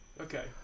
Okay